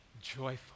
joyful